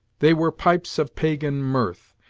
they were pipes of pagan mirth,